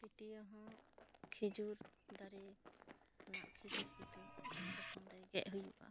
ᱯᱟᱹᱴᱤᱭᱟᱹ ᱦᱚᱸ ᱠᱷᱤᱡᱩᱨ ᱫᱟᱨᱮ ᱨᱮᱱᱟᱜ ᱠᱷᱤᱡᱩᱨ ᱠᱤᱛᱟᱹ ᱯᱨᱚᱛᱷᱚᱢ ᱨᱮ ᱜᱮ ᱦᱩᱭᱩᱜᱼᱟ